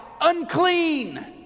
Unclean